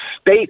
state